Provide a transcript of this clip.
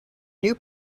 new